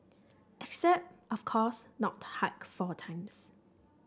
except of course not hike four times